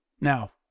Now